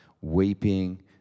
weeping